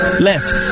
left